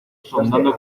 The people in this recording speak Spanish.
sondando